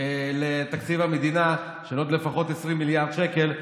לתקציב המדינה של לפחות 20 מיליארד שקל,